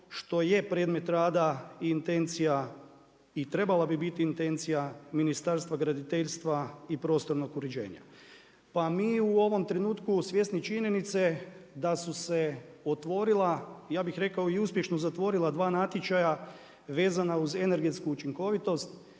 što je predmet rada i intencija i trebala bi biti intencija Ministarstva graditeljstva i prostornog uređenja. Pa mi u ovom trenutku svjesni činjenice da su se otvorila, ja bih rekao i uspješno zatvorila dva natječaja vezana uz energetsku učinkovitost,